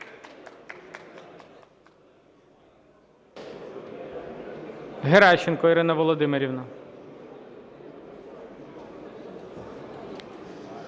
Геращенко Ірина Володимирівна.